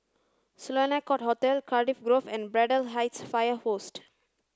Sloane Court Hotel Cardiff Grove and Braddell Heights Fire Post